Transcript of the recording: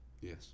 Yes